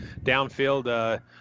downfield